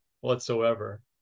whatsoever